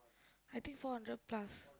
I think four hundred plus